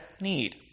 need